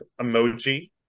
emoji